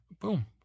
boom